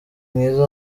mwiza